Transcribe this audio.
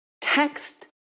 text